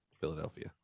Philadelphia